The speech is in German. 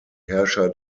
herrscher